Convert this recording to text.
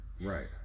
right